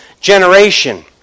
generation